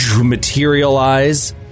materialize